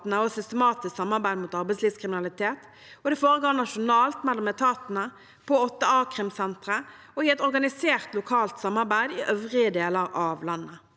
og systematisk samarbeid mot arbeidslivskriminalitet. Det foregår nasjonalt mellom etatene, på åtte a-krimsentre og i et organisert lokalt samarbeid i øvrige deler av landet.